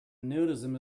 nudism